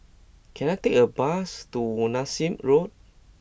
can I take a bus to Nassim Road